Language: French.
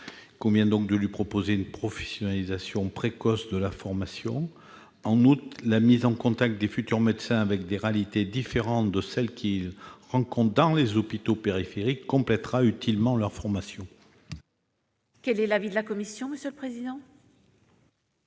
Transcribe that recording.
Il convient aussi de proposer une professionnalisation précoce de la formation. En outre, la mise en contact des futurs médecins avec des réalités différentes de celles qu'ils rencontrent dans les hôpitaux périphériques complétera utilement leur formation. Quel est l'avis de la commission ? Les membres de